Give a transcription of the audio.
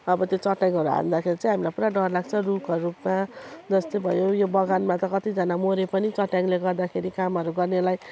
अब त्यो चट्याङहरू हान्दाखेरि चाहिँ हामीलाई पुरा डर लाग्छ रुखहरू पुरा जस्तै भयो यो बगानमा त कतिजना मरे पनि चट्याङले गर्दाखेरि कामहरू गर्नेलाई